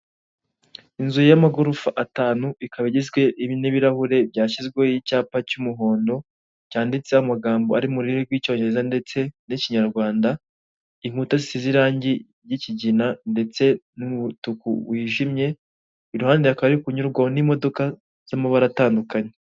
Inzu y'amagorofa atanu, ikaba igizwe n'ibirahure byashyizweho icyapa cy'umuhondo, cyanditseho amagambo ari mu rurimi rw'icyongereza ndetse n'ikinyarwanda, inkutasi zisize irangi ry'ikigina ndetse n'umutuku wijimye, iruhande hakaba hari kunyurwaho n'imodoka z'amabara atandukanye.